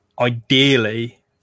ideally